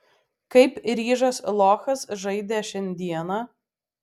kaip ryžas lochas žaidė šiandieną